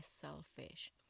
selfish